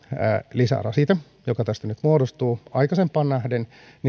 lisärasite joka tästä nyt muodostuu aikaisempaan nähden